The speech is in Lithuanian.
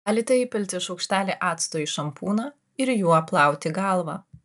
galite įpilti šaukštelį acto į šampūną ir juo plauti galvą